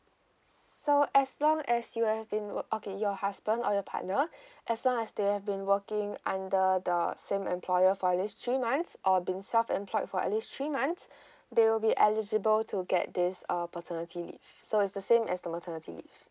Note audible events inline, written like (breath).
so as long as you have been okay your husband or your partner (breath) as long as they have been working under the same employer for at least three months or have been self employed for at least three months (breath) they will be eligible to get this uh paternity leave so it's the same as the maternity leave